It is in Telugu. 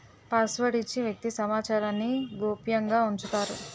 పాస్వర్డ్ ఇచ్చి వ్యక్తి సమాచారాన్ని గోప్యంగా ఉంచుతారు